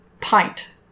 pint